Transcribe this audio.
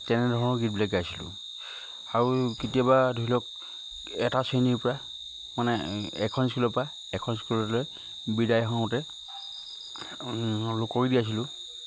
তেনেধৰণৰ গীতবিলাক গাইছিলোঁ আৰু কেতিয়াবা ধৰি লওক এটা শ্ৰেণীৰ পৰা মানে এখন স্কুলৰ পৰা এখন স্কুললৈ বিদায় হওতে লোকগীত গাইছিলোঁ